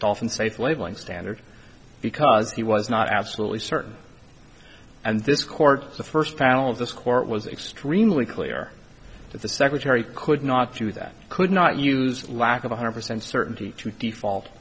dolphin safe labeling standard because he was not absolutely certain and this court the first panel of this court was extremely clear that the secretary could not do that could not use lack of one hundred percent certainty to default